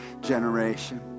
generation